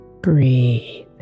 breathe